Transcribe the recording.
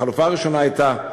החלופה הראשונה הייתה: